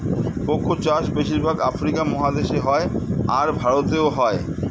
cocoa চাষ বেশির ভাগ আফ্রিকা মহাদেশে হয়, আর ভারতেও হয়